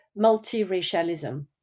multiracialism